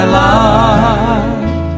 life